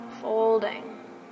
folding